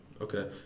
Okay